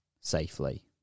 safely